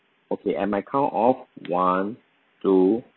okay and my count of one two